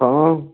तऽ आउ